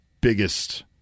biggest